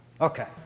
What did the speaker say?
Okay